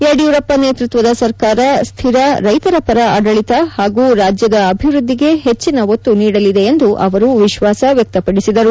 ಯಡಿಯೂರಪ್ಪ ನೇತೃತ್ವದ ಸರ್ಕಾರ ಸ್ನಿರ ರೈತರ ಪರ ಆಡಳಿತ ಹಾಗೂ ರಾಜ್ಯ ಅಭಿವೃದ್ದಿಗೆ ಹೆಚ್ಚಿನ ಒತ್ತು ನೀಡಲಿದೆ ಎಂದು ಅವರು ವಿಶ್ವಾಸ ವ್ಯಕ್ತಪಡಿಸಿದ್ದಾರೆ